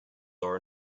are